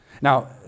Now